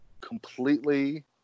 completely